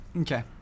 Okay